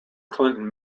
clinton